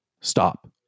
stop